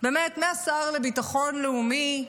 באמת, מהשר לביטחון לאומי,